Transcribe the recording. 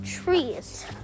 Trees